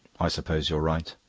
i suppose you're right.